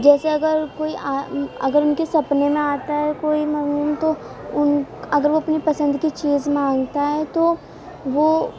جیسے اگر کوئی اگر ان کے سپنے میں آتا ہے کوئی مرحوم تو ان اگر وہ اپنی پسند کی چیز مانگتا ہے تو وہ